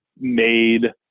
made